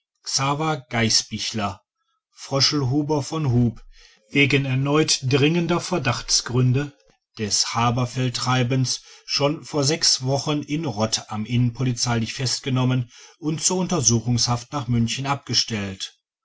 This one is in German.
gaisbichler fröschelhuber von hub wegen erneuter dringender verdachtgründe des haberfeldtreibens schon vor sechs wochen in rott am inn polizeilich festgenommen und zur untersuchungshaft nach münchen abgestellt